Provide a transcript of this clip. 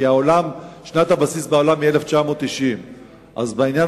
כי בעולם שנת הבסיס היא 1990. אז בעניין